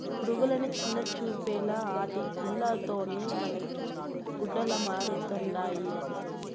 పురుగులని చిన్నచూపేలా ఆటి గూల్ల తోనే మనకి గుడ్డలమరుతండాయి